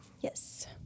Yes